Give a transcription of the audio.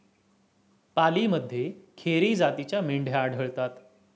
पालीमध्ये खेरी जातीच्या मेंढ्या आढळतात